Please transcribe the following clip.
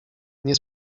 nie